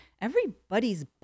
Everybody's